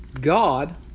God